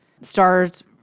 stars